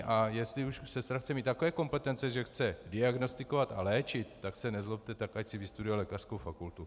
A jestli sestra chce mít takové kompetence, že chce diagnostikovat a léčit, tak se nezlobte, ať si vystuduje lékařskou fakultu.